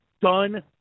done